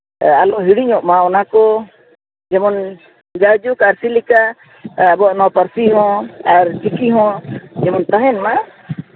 ᱟᱞᱚ ᱦᱤᱲᱤᱧᱚᱜ ᱢᱟ ᱚᱱᱟ ᱠᱚ ᱡᱮᱢᱚᱱ ᱡᱟᱭ ᱡᱩᱜᱽ ᱟᱹᱨᱥᱤ ᱞᱮᱠᱟ ᱟᱵᱚᱣᱟᱜ ᱱᱚᱣᱟ ᱯᱟᱹᱨᱥᱤ ᱦᱚᱸ ᱟᱨ ᱪᱤᱠᱤ ᱦᱚᱸ ᱡᱮᱢᱚᱱ ᱛᱟᱦᱮᱱ ᱢᱟ